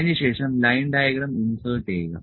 അതിനുശേഷം line diagram insert ചെയ്യുക